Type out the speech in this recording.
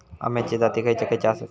अम्याचे जाती खयचे खयचे आसत?